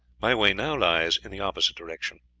my way now lies in the opposite direction.